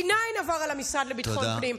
D9 עבר על המשרד לביטחון פנים,